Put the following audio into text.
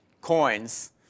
coins